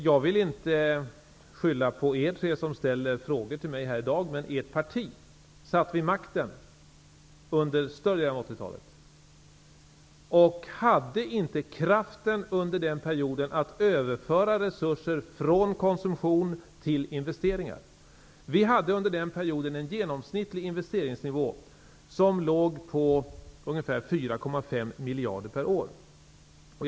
Jag vill inte skylla på er tre som ställer frågor till mig i dag, men ert parti satt vid makten under större delen av 80-talet och hade inte kraften under den perioden att överföra resurser från konsumtion till investeringar. Vi hade i Sverige under den perioden en genomsnittlig investeringsnivå på ungefär 4,5 miljarder kronor per år.